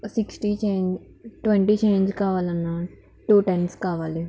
sixty change twenty change కావాలన్నా two tens కావాలి